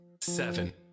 seven